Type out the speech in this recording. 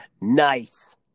Nice